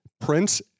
Prince